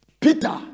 Peter